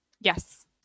Yes